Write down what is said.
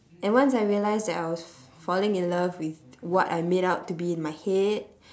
and once I realized that I was falling in love with what I made out to be in my head